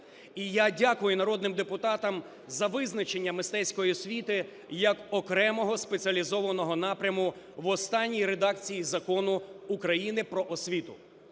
І я дякую народним депутатам за визначення мистецької освіти як окремого спеціалізованого напряму в останній редакції Закону України "Про освіту".